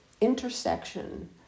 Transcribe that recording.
intersection